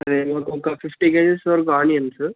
అదే ఒక fifty kgs వరకు ఆనియన్స్